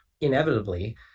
inevitably